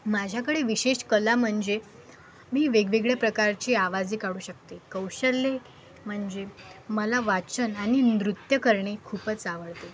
माझ्याकडे विशेष कला म्हणजे मी वेगवेगळ्या प्रकारचे आवाज काढू शकते कौशल्ये म्हणजे मला वाचन आणि नृत्य करणे खूपच आवडते